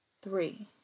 three